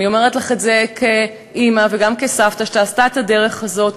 אני אומרת לך את זה כאימא וגם כסבתא שעשתה את הדרך הזאת,